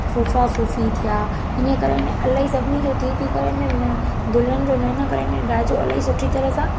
पुफा पुफी थिया इहो करे ने इलाही सभिनी जो थी थी करे ने दुल्हन जो न न करे ने ॾाजो इलाही सुठी तरह सां